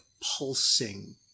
pulsing